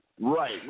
right